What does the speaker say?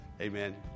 Amen